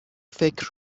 فکر